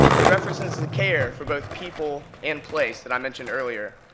it references the care for both people and place that i mentioned earlier,